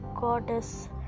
goddess